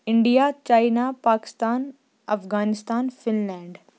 India China Pakistan Afghanistan fin land